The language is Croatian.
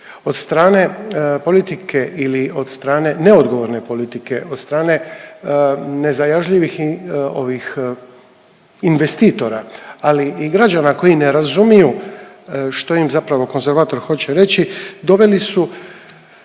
od strane politike ili od strane neodgovorne politike, od strane nezajažljivih investitora, ali i građana koji ne razumiju što im zapravo konzervator hoće reći, doveli su